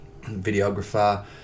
videographer